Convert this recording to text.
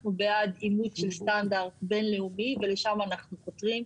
אנחנו בעד אימוץ של סטנדרט בינלאומי ולשם אנחנו חותרים.